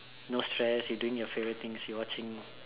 no stress you doing your favourite things you watching